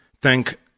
thank